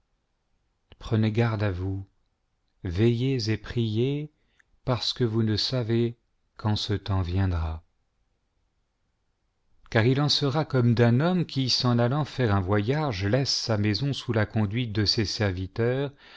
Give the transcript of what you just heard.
prenez garde à vous j veillez et priez parce que yous ne savez quand ce temps viendra car il en sera comme d'un homme qui s'en allant faire un voyage laisse sa maison sous la conduite de ses serviteurs